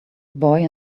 boy